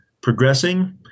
progressing